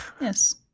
Yes